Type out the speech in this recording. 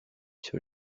sur